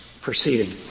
proceeding